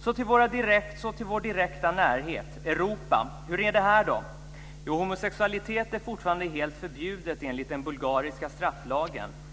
Så till vår direkta närhet, Europa. Hur är det här då? Jo, homosexualitet är fortfarande helt förbjudet enligt den bulgariska strafflagen.